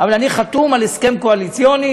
אבל אני חתום על הסכם קואליציוני,